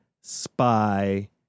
spy